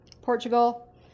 Portugal